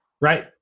right